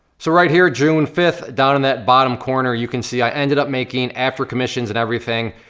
so right here, june fifth, down in that bottom corner, you can see, i ended up making, after commissions and everything,